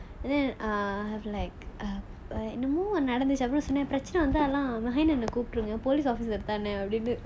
then I'm like err என்னமோ ஒன்னு நடந்துச்சு அப்டி சொன்ன பிரச்னை வந்தா:ennamo onnu nadanthuchu apdi sonna prachana vandha mahen அண்ணனை கூப்புடுவாங்க:annanai koopuduvaanga